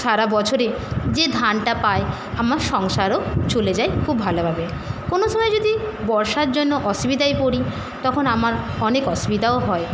সারাবছরে যে ধানটা পাই আমার সংসারও চলে যায় খুব ভালোভাবে কোনো সময় যদি বর্ষার জন্য অসুবিধায় পড়ি তখন আমার অনেক অসুবিধাও হয়